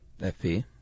Fp